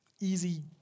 easy